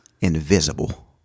Invisible